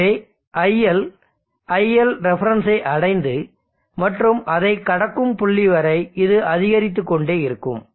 எனவே iL iLref ஐ அடைந்து மற்றும் அதனை கடக்கும் புள்ளி வரை இது அதிகரித்துக் கொண்டே இருக்கும்